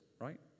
right